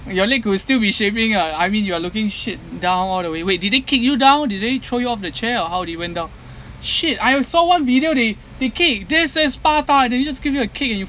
your leg will still be ah I mean you are looking shit down all the way wait did they kick you down did they throw you off the chair or how do you went down shit I saw one video they they kick this is sparta and they just give you a kick and you